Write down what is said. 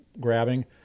grabbing